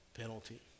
penalty